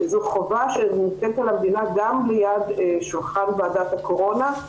זו חובה שמוטלת על המדינה גם ליד שולחן ועדת הקורונה,